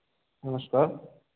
नमस्कार